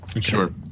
Sure